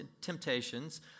temptations